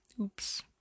Oops